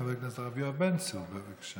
חבר הכנסת הרב יואב בן צור, בבקשה.